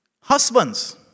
Husbands